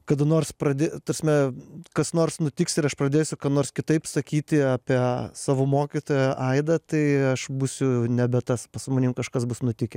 kada nors pradė ta prasme kas nors nutiks ir aš pradėsiu ką nors kitaip sakyti apie savo mokytoją aidą tai aš būsiu nebe tas pas su manim kažkas bus nutikę